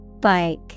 Bike